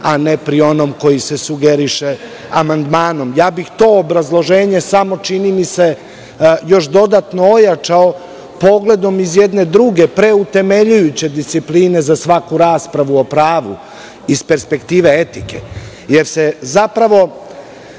a ne pri onom koji se sugeriše amandmanom. Ja bih to obrazloženje samo, čini mi se, još dodatno ojačao pogledom iz jedne druge, preutemeljujuće discipline za svaku raspravu o pravu, iz perspektive etike, jer se zapravo